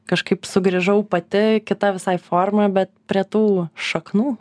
kažkaip sugrįžau pati kita visai forma bet prie tų šaknų